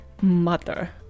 Mother